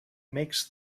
makes